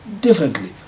differently